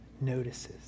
notices